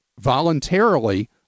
voluntarily